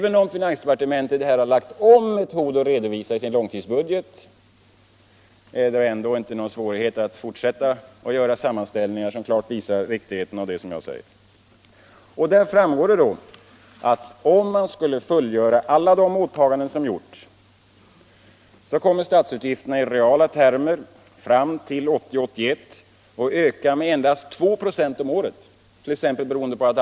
Men fastän finansdepartementet lagt om metod för redovisning i sin långtidsbudget är det inte någon svårighet att fortsätta att göra sammanställningar som klart visar riktigheten av vad jag säger. Det framgår att om man skulle fullgöra alla de åtaganden som gjorts, kommer statsutgifterna i reala termer fram till 1980/81 att öka med endast 2 26 om året.